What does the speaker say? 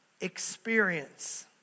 experience